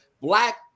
Black